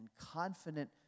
confident